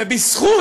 ובזכות,